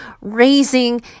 raising